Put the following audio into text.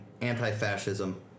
anti-fascism